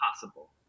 possible